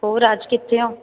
ਹੋਰ ਅੱਜ ਕਿੱਥੇ ਆ